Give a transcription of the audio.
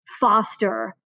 foster